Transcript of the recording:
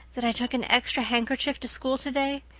that i took an extra handkerchief to school today?